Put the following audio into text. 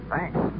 Thanks